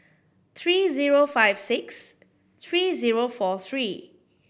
three zero five six three zero four three